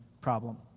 problem